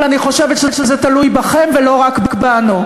אבל אני חושבת שזה תלוי בכם ולא רק בנו,